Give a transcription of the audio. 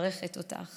ומברכת אותך